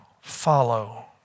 follow